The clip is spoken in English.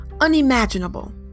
Unimaginable